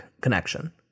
connection